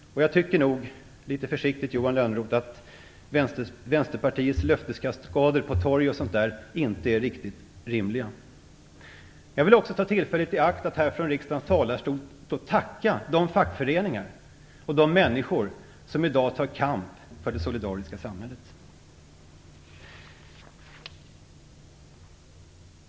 Jag tycker nog, Johan Lönnroth, att Vänsterpartiets löfteskaskader på torg och sådant inte är riktigt rimliga. Jag vill också ta tillfället i akt att här från riksdagens talarstol tacka de fackföreningar och de människor som i dag tar kamp för det solidariska samhället.